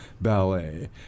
ballet